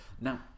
Now